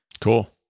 Cool